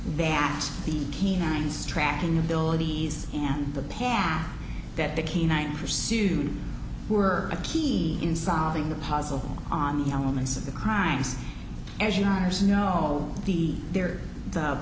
asked the canines tracking abilities and the pass that the canine pursued were a key in solving the puzzle on the elements of the crimes as your honour's know be there the